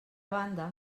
banda